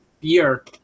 year